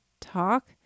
talk